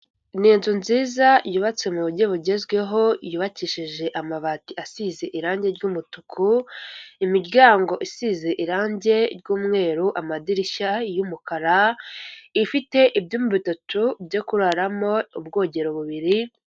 Ni inzu nziza yubatse mu buryo bugezweho yubakishije amabati asize irangi ry'umutuku ,imiryango isize irangi ry'umweru ,amadirishya y'umukara ifite ibyumba bitatu byo kuraramo ,ubwogero bubiri.